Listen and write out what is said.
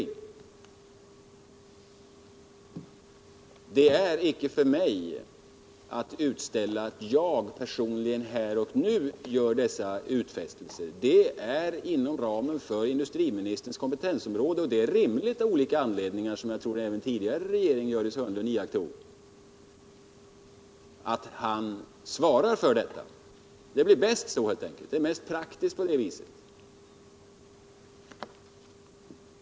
Det ankommer inte på mig att personligen här och nu göra dessa utfästelser. Det ligger inom ramen för industriministerns kompetensområde. Och det är rimligt av olika anledningar, som jag tror att även den tidigare regeringen beaktade, Gördis Hörnlund, att han svarar för detta. Det blir helt enkelt bäst på det viset, mest praktiskt.